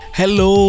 Hello